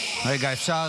רגע, אפשר